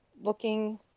looking